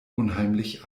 unheimlich